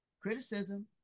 Criticism